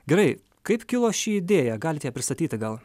gerai kaip kilo ši idėja galit ją pristatyti gal